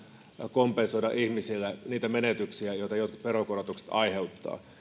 kompensoida ihmisille niitä menetyksiä joita jotkut veronkorotukset aiheuttavat